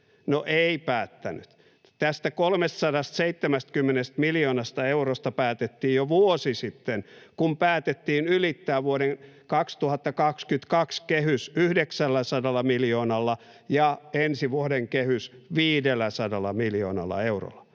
No ei päättänyt. Tästä 370 miljoonasta eurosta päätettiin jo vuosi sitten, kun päätettiin ylittää vuoden 2022 kehys 900 miljoonalla ja ensi vuoden kehys 500 miljoonalla eurolla.